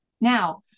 Now